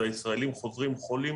והישראלים חוזרים חולים.